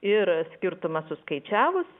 ir skirtumą suskaičiavus